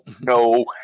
no